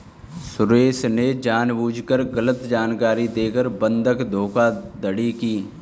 सुरेश ने जानबूझकर गलत जानकारी देकर बंधक धोखाधड़ी की